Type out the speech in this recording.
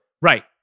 right